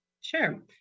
Sure